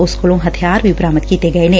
ਉਸ ਕੋਲੋ ਹਥਿਆਰ ਵੀ ਬਰਾਮਦ ਕੀਤੇ ਗਏ ਨੇ